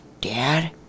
Dad